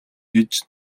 гэж